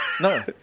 No